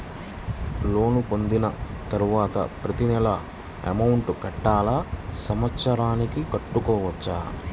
Loan పొందిన తరువాత ప్రతి నెల అమౌంట్ కట్టాలా? సంవత్సరానికి కట్టుకోవచ్చా?